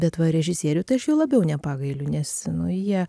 bet va režisierių tai aš jau labiau nepagailiu nes nu jie